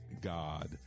God